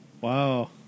Wow